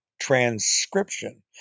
transcription